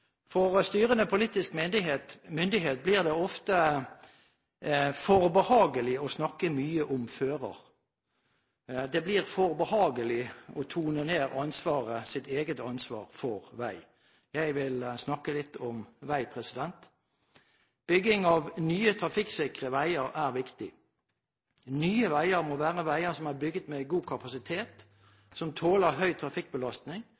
For styrende politisk myndighet blir det ofte for behagelig å snakke mye om fører. Det blir for behagelig å tone ned ansvaret – sitt eget ansvar for vei. Jeg vil snakke litt om vei. Bygging av nye trafikksikre veier er viktig. Nye veier må være veier som er bygget med god kapasitet, som tåler høy trafikkbelastning